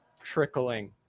trickling